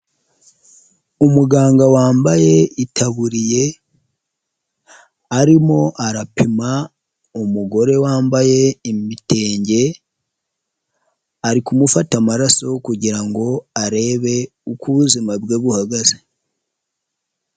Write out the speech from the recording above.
Umuganga wambaye itaburiye arimo arapima umugore wambaye imitenge, ari kumufata amaraso kugira ngo arebe uko ubuzima bwe buhagaze.